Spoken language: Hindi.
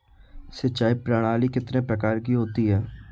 सिंचाई प्रणाली कितने प्रकार की होती है?